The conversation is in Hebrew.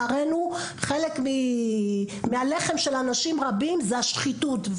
לצערנו, חלק מהלחם של אנשים רבים היא השחיתות.